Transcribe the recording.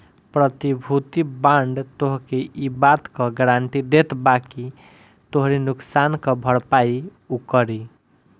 प्रतिभूति बांड तोहके इ बात कअ गारंटी देत बाकि तोहरी नुकसान कअ भरपाई उ करी